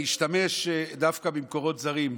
אני אשתמש דווקא במקורות זרים,